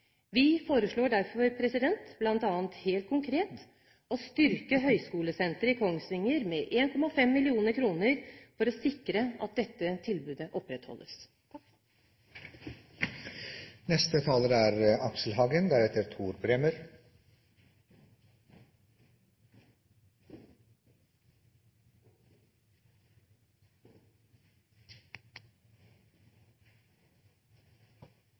Vi foreslår derfor bl.a. helt konkret å styrke Høgskolesenteret i Kongsvinger med 1,5 mill. kr for å sikre at dette tilbudet opprettholdes.